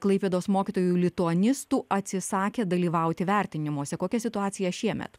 klaipėdos mokytojų lituanistų atsisakė dalyvauti vertinimuose kokia situacija šiemet